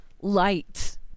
light